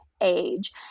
age